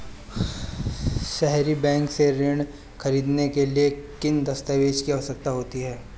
सहरी बैंक से ऋण ख़रीदने के लिए किन दस्तावेजों की आवश्यकता होती है?